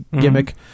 gimmick